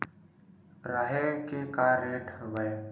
राहेर के का रेट हवय?